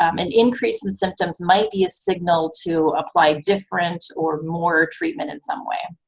um an increase in symptoms might be a signal to apply different or more treatment in some way.